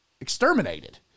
exterminated